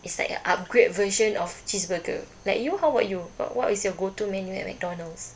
it's like a upgraded version of cheeseburger like you how about you what what is your go-to menu at McDonald's